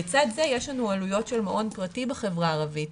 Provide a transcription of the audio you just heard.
לצד זה יש לנו עלויות של מעון פרטי בחברה הערבית,